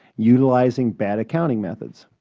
utilizing bad accounting methods?